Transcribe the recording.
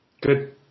Good